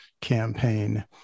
campaign